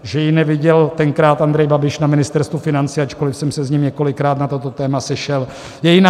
Že ji neviděl tenkrát Andrej Babiš na Ministerstvu financí, ačkoli jsem se s ním několikrát na toto téma sešel, je jiná.